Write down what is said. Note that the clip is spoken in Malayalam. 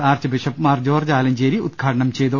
arch bishop Mar George Alencherry ഉദ്ഘാടനം ചെയ്തു